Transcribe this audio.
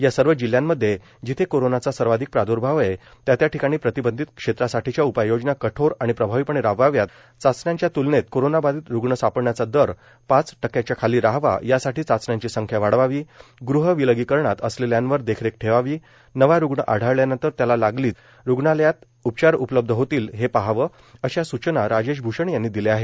या सर्व जिल्ह्यांमधे जिथे कोरोनाचा सर्वाधिक प्रादुर्भाव आहे त्या त्या ठिकाणी प्रतिबंधित क्षेत्रासाठीच्या उपाययोजना कठेर आणि प्रभावीपणे राबवाव्यात चाचण्यांच्या त्लनेत कोरोनाबाधित रुग्ण सापडण्याचा दर पाच टक्क्याच्या खाली राहावा यासाठी चाचण्यांची संख्या वाढवावी गृह विलगीकरणात असलेल्यांवर देखरेख ठेवावी नवा रुग्ण आढळल्यानंतर त्याला लागलीच रुग्णालयीन उपचार उपलब्ध होतील हे पहावं अशा सूचना राजेश भूषण यांनी दिल्या आहेत